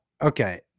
Okay